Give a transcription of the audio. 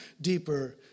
deeper